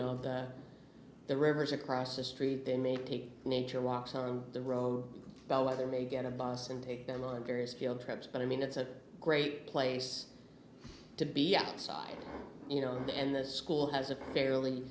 know the rivers across the street they may take nature walks on the road bellwether may get a boss and take them on various field trips but i mean it's a great place to be x i v you know and the school has a fairly